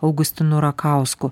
augustinu rakausku